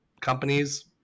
companies